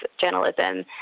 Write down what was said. journalism